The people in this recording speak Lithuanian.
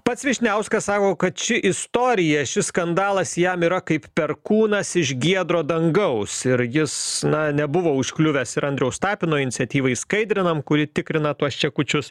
pats vyšniauskas sako kad ši istorija šis skandalas jam yra kaip perkūnas iš giedro dangaus ir jis na nebuvo užkliuvęs ir andriaus tapino iniciatyvai skaidrinam kuri tikrina tuos čekučius